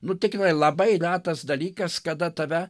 nu tikrai labai retas dalykas kada tave